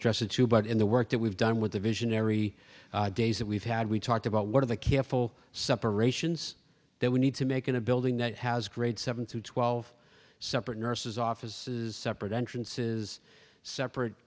dresser too but in the work that we've done with the visionary days that we've had we talked about one of the careful separations that we need to make in a building that has grades seven through twelve separate nurses offices separate entrances separate